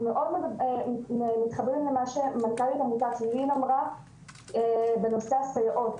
אנחנו מאוד מתחברים למה שמנכ"לית עמותת לי"ן אמרה בנושא הסייעות.